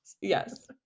Yes